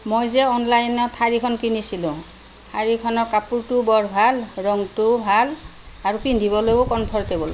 মই যে অনলাইনত শাৰীখন কিনিছিলোঁ শাৰীখনৰ কাপোৰটোও বৰ ভাল ৰংটোও ভাল আৰু পিন্ধিবলৈও কমফৰ্টেবল